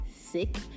sick